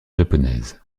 japonaise